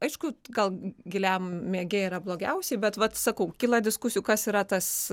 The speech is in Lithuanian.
aišku gal giliam miege yra blogiausiai bet vat sakau kyla diskusijų kas yra tas